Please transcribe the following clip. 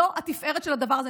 זו התפארת של הדבר הזה.